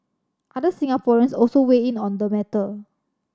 other Singaporeans also weigh in on the matter